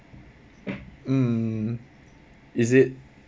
mm is it